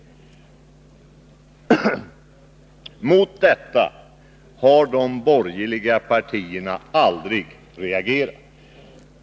Mot detta har de borgerliga partierna aldrig reagerat.